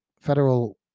federal